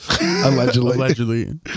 Allegedly